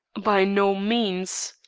by no means.